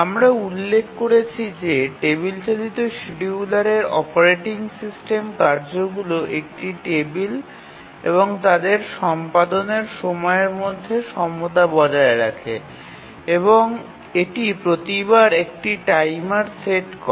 আমরা উল্লেখ করেছি যে টেবিল চালিত শিডিয়ুলারে অপারেটিং সিস্টেম কার্যগুলির একটি টেবিল এবং তাদের সম্পাদনের সময়ের মধ্যে সমতা বজায় রাখে এবং এটি প্রতিবার একটি টাইমার সেট করে